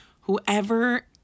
whoever